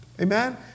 Amen